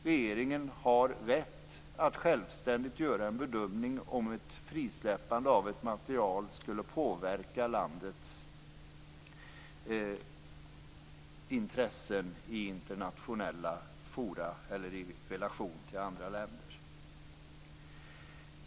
Regeringen har rätt att självständigt göra en bedömning av om ett frisläppande av ett material skulle påverka landets intressen i internationella forum eller i relation till andra länder.